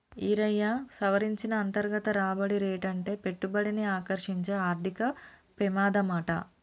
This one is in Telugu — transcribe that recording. ఈరయ్యా, సవరించిన అంతర్గత రాబడి రేటంటే పెట్టుబడిని ఆకర్సించే ఆర్థిక పెమాదమాట